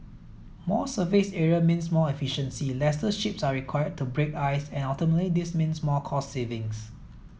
more surface area means more efficiency lesser ships are required to break ice and ultimately this means more cost savings